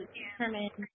determine